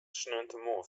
sneontemoarn